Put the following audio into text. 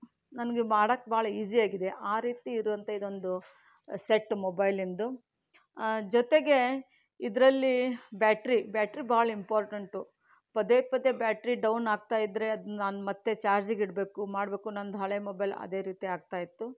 ನನಗೆ ಮಾಡೋಕ್ಕೆ ಭಾಳ ಈಝಿ ಆಗಿದೆ ಆ ರೀತಿ ಇರೋವಂಥ ಇದೊಂದು ಸೆಟ್ ಮೊಬೈಲಿಂದು ಜೊತೆಗೆ ಇದರಲ್ಲಿ ಬ್ಯಾಟ್ರಿ ಬ್ಯಾಟ್ರಿ ಭಾಳ ಇಂಪೋರ್ಟೆಂಟು ಪದೇ ಪದೇ ಬ್ಯಾಟ್ರಿ ಡೌನ್ ಆಗ್ತಾಯಿದ್ರೆ ಅದನ್ನ ನಾನು ಮತ್ತೆ ಚಾರ್ಜಿಗ್ ಇಡಬೇಕು ಮಾಡಬೇಕು ನಂದು ಹಳೆಯ ಮೊಬೈಲ್ ಅದೇ ರೀತಿ ಆಗ್ತಾಯಿತ್ತು